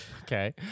Okay